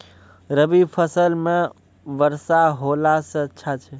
रवी फसल म वर्षा होला से अच्छा छै?